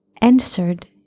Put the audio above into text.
answered